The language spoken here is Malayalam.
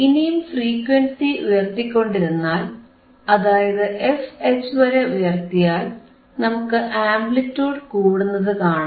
ഇനിയും ഫ്രീക്വൻസി ഉയർത്തിക്കൊണ്ടിരുന്നാൽ അതായത് fH വരെ ഉയർത്തിയാൽ നമുക്ക് ആംപ്ലിറ്റിയൂഡ് കൂടുന്നതു കാണാം